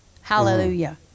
hallelujah